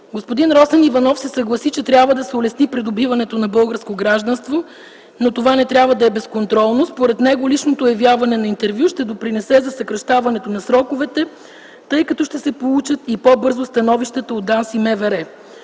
Господин Росен Иванов се съгласи, че трябва да се улесни придобиването на българско гражданство, но това не трябва да е безконтролно. Според него личното явяване на интервю ще допринесе за съкращаването на сроковете, тъй като ще се получават и по-бързо становищата от ДАНС и МВР.